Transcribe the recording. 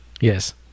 Yes